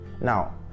now